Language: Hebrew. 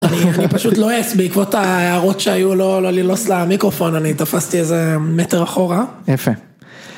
אני פשוט לועס, בעקבות ההערות שהיו, לא ללעוס למיקרופון, אני תפסתי איזה מטר אחורה. יפה.